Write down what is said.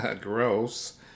gross